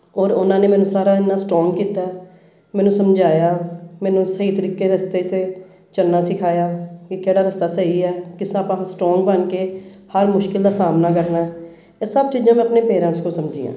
ਔਰ ਉਹਨਾਂ ਨੇ ਮੈਨੂੰ ਸਾਰਾ ਇੰਨਾ ਸਟਰੋਂਗ ਕੀਤਾ ਮੈਨੂੰ ਸਮਝਾਇਆ ਮੈਨੂੰ ਸਹੀ ਤਰੀਕੇ ਰਸਤੇ 'ਤੇ ਚੱਲਣਾ ਸਿਖਾਇਆ ਵੀ ਕਿਹੜਾ ਰਸਤਾ ਸਹੀ ਹੈ ਕਿਸ ਤਰ੍ਹਾਂ ਆਪਾਂ ਹੁਣ ਸਟਰੋਂਗ ਬਣ ਕੇ ਹਰ ਮੁਸ਼ਕਲ ਦਾ ਸਾਹਮਣਾ ਕਰਨਾ ਇਹ ਸਭ ਚੀਜ਼ਾਂ ਮੈਂ ਆਪਣੇ ਪੇਰੈਂਟਸ ਤੋਂ ਸਮਝੀ ਹਾਂ